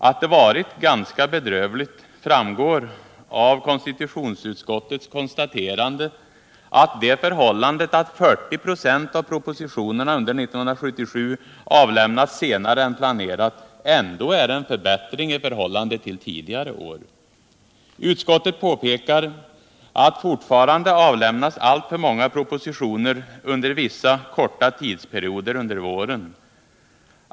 Att det varit ganska bedrövligt framgår av konstitutionsutskottets konstaterande, att det förhållandet att 40 96 av propositionerna under 1977 avlämnats senare än planerat ändå är en förbättring i förhållande till tidigare år. Utskottet påpekar att fortfarande avlämnas alltför många propositioner under vissa korta tidsperioder under våren.